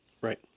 Right